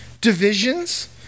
divisions